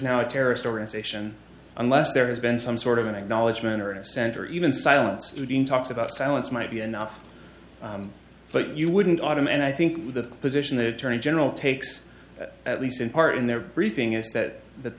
now a terrorist organization unless there has been some sort of an acknowledgment or a senator even silence to be in talks about silence might be enough but you wouldn't autumn and i think the position that attorney general takes at least in part in their briefing is that that